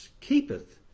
keepeth